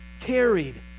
carried